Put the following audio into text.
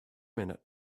minute